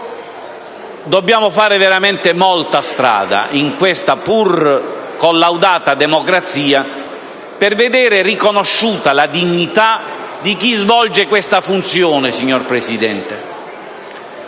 Dobbiamo fare veramente molta strada, in questa pur collaudata democrazia, per vedere riconosciuta la dignita di chi svolge questa funzione, signor Presidente.